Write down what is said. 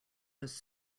was